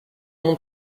monde